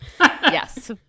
yes